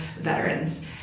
veterans